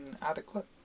inadequate